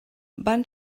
van